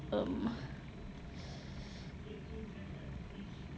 um